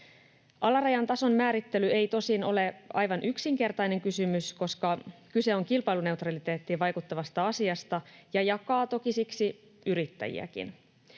Alarajan tason määrittely ei tosin ole aivan yksinkertainen kysymys, koska kyse on kilpailuneutraliteettiin vaikuttavasta asiasta ja se jakaa toki siksi yrittäjiäkin.